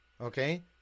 okay